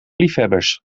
liefhebbers